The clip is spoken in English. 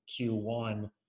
Q1